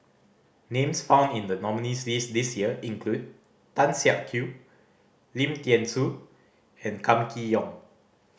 names found in the nominees' list this year include Tan Siak Kew Lim Thean Soo and Kam Kee Yong